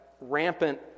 rampant